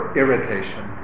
irritation